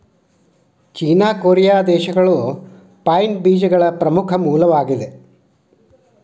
ಚೇನಾ, Korea ದೇಶಗಳು pine ಬೇಜಗಳ ಪ್ರಮುಖ ಮೂಲವಾಗಿದೆ